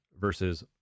versus